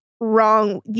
wrong